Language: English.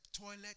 toilet